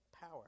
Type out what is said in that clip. power